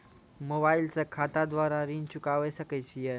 Mobile से खाता द्वारा ऋण चुकाबै सकय छियै?